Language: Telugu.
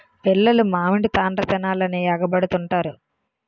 పిల్లలు మామిడి తాండ్ర తినాలని ఎగబడుతుంటారు